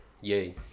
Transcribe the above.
Yay